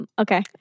okay